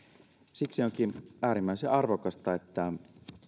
siksi onkin äärimmäisen arvokasta että